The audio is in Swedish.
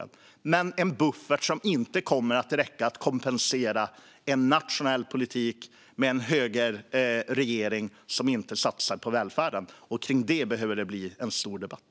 Men det är en buffert som inte kommer att räcka till att kompensera en nationell politik med en högerregering som inte satsar på välfärden. Kring detta behöver det bli en stor debatt.